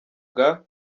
bwa